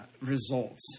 results